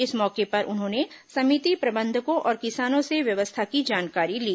इस मौके पर उन्होंने समिति प्रबंधकों और किसानों से व्यवस्था की जानकारी ली